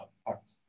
parts